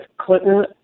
Clinton